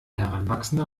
heranwachsende